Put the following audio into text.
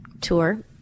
tour